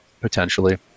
potentially